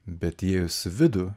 bet įėjus į vidų